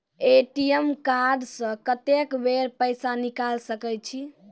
ATM card से कत्तेक बेर पैसा निकाल सके छी?